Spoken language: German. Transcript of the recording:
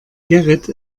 gerrit